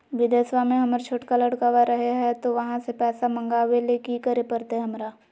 बिदेशवा में हमर छोटका लडकवा रहे हय तो वहाँ से पैसा मगाबे ले कि करे परते हमरा?